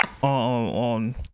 On